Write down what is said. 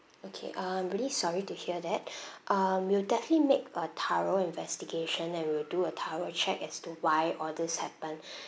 okay um I'm really sorry to hear that um we'll definitely make a thorough investigation and we'll do a thorough check as to why all these happened